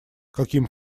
каким